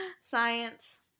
Science